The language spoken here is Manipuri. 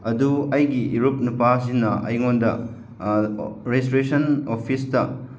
ꯑꯗꯨ ꯑꯩꯒꯤ ꯏꯔꯨꯞ ꯅꯨꯄꯥꯁꯤꯅ ꯑꯩꯉꯣꯟꯗ ꯔꯤꯖꯤꯁꯇ꯭ꯔꯦꯁꯟ ꯑꯣꯐꯤꯁꯇ